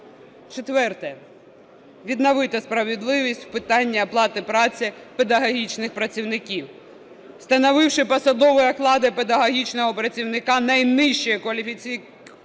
Четверте. Відновити справедливість в питанні оплати праці педагогічних працівників, встановивши посадові оклади педагогічного працівника найнижчої кваліфікаційної